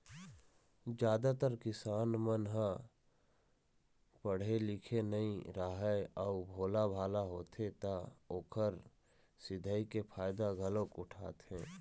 जादातर किसान मन ह पड़हे लिखे नइ राहय अउ भोलाभाला होथे त ओखर सिधई के फायदा घलोक उठाथें